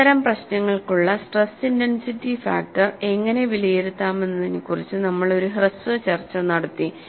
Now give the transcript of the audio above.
വിവിധതരം പ്രശ്നങ്ങൾക്കുള്ള stress intensity factor എങ്ങനെ വിലയിരുത്താമെന്നതിനെക്കുറിച്ച് നമ്മൾ ഒരു ഹ്രസ്വ ചർച്ച നടത്തി